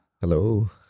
Hello